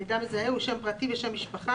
המידע המזהה הוא "שם פרטי ושם משפחה,